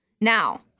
Now